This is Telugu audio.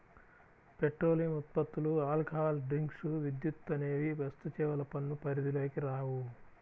పెట్రోలియం ఉత్పత్తులు, ఆల్కహాల్ డ్రింక్స్, విద్యుత్ అనేవి వస్తుసేవల పన్ను పరిధిలోకి రావు